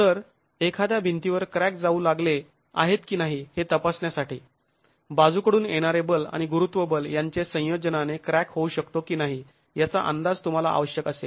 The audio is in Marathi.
तर एखाद्या भिंतीवर क्रॅक जाऊ लागले आहेत की नाही हे तपासण्यासाठी बाजूकडून येणारे बल आणि गुरुत्व बल यांचे संयोजनाने क्रॅक होऊ शकतो की नाही याचा अंदाज तुम्हाला आवश्यक असेल